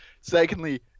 secondly